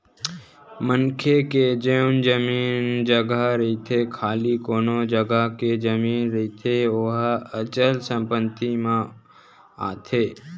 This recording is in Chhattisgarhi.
मनखे के जउन जमीन जघा रहिथे खाली कोनो जघा के जमीन रहिथे ओहा अचल संपत्ति म आथे